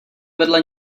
vedle